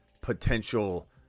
potential